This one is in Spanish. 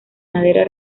madera